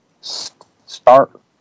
start